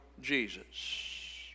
Jesus